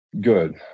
Good